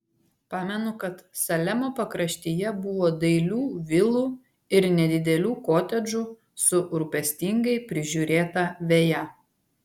pamenu kad salemo pakraštyje buvo dailių vilų ir nedidelių kotedžų su rūpestingai prižiūrėta veja